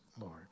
Lord